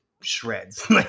shreds